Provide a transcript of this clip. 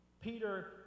Peter